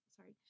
sorry